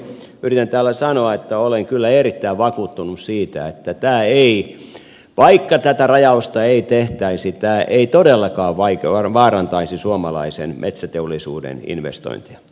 yritän tällä sanoa että olen kyllä erittäin vakuuttunut siitä että vaikka tätä rajausta ei tehtäisi tämä ei todellakaan vaarantaisi suomalaisen metsäteollisuuden investointeja